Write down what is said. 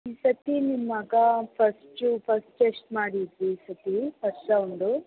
ಈ ಸರ್ತಿ ನಿಮ್ಮ ಮಗ ಫಸ್ಟ್ ಫಸ್ಟ್ ಟೆಸ್ಟ್ ಮಾಡಿದ್ವಿ ಈ ಸರ್ತಿ ಫಸ್ಟ್ ರೌಂಡು